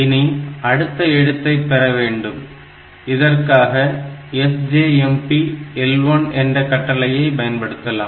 இனி அடுத்த எழுத்தை பெறவேண்டும் இதற்காக SJMP L1 என்ற கட்டளையை பயன்படுத்தலாம்